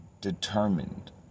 determined